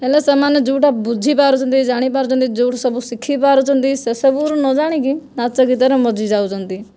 ହେଲେ ସେମାନେ ଯେଉଁଟା ବୁଝିପାରୁଛନ୍ତି ଜାଣିପାରୁଛନ୍ତି ଯେଉଁଠୁ ସବୁ ଶିଖିପାରୁଛନ୍ତି ସେ ସବୁରୁ ନ ଜାଣିକି ନାଚ ଗୀତରେ ମଜିଯାଉଛନ୍ତି